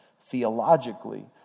theologically